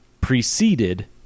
preceded